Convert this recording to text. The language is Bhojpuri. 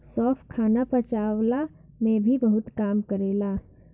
सौंफ खाना पचवला में भी बहुते काम करेला